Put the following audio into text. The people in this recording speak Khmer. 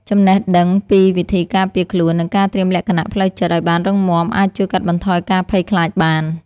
ចំណេះដឹងពីវិធីការពារខ្លួន និងការត្រៀមលក្ខណៈផ្លូវចិត្តឱ្យបានរឹងមាំអាចជួយកាត់បន្ថយការភ័យខ្លាចបាន។